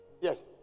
Yes